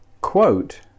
quote